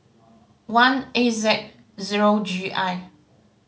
one A Z zero G I